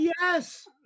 yes